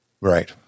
Right